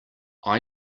icbm